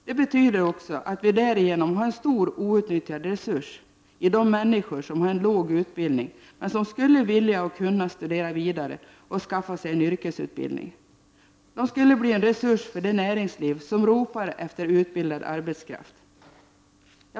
Det betyder också att vi därigenom har en stor outnyttjad resurs i de människor som har en låg utbildning, men som skulle vilja och kunna studera vidare och skaffa sig en yrkesutbildning. De skulle bli en resurs för det näringsliv som ropar efter utbildad arbetskraft.